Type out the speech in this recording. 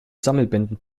sammelbänden